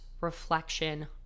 reflection